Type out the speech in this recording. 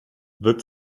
wirkt